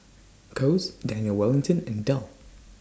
Kose Daniel Wellington and Dell